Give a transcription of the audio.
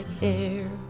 hair